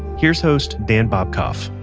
here's host dan bobkoff